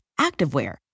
activewear